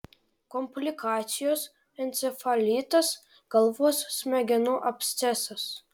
komplikacijos encefalitas galvos smegenų abscesas